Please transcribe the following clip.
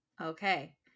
Okay